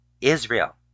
Israel